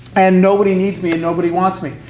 and nobody needs me, and nobody wants me,